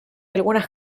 algunas